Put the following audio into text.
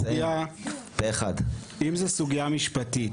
אם זה סוגיה משפטית,